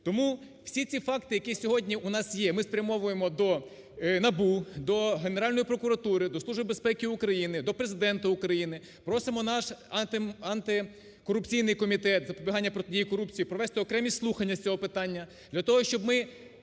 Тому всі ці факти, які сьогодні у нас є, ми спрямовуємо до НАБУ, до Генеральної прокуратури, до Служби безпеки України, до Президента України, просимо наш Антикорупційний комітет з запобігання і протидії корупції провести окремі слухання з цього питання для того, щоб ми